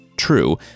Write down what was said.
true